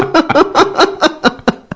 ah a